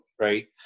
right